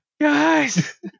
Guys